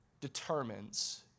determines